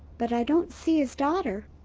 but i don't see his daughter.